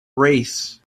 race